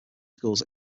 schools